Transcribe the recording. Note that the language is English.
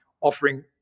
offering